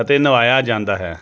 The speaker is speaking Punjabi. ਅਤੇ ਨਵਾਇਆ ਜਾਂਦਾ ਹੈ